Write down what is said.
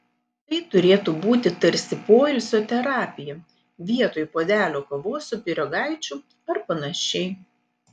tai turėtų būti tarsi poilsio terapija vietoj puodelio kavos su pyragaičiu ar panašiai